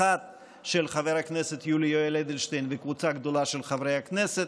אחת של חבר הכנסת יולי יואל אדלשטיין וקבוצה גדולה של חברי הכנסת,